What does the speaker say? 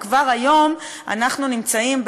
וכבר היום אנחנו נמצאים,